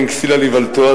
כן כסיל על איוולתו,